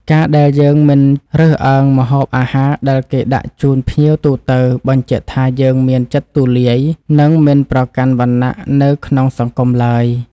ការដែលយើងមិនរើសអើងម្ហូបអាហារដែលគេដាក់ជូនភ្ញៀវទូទៅ បញ្ជាក់ថាយើងមានចិត្តទូលាយ និងមិនប្រកាន់វណ្ណៈនៅក្នុងសង្គមឡើយ។